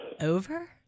Over